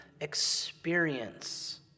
experience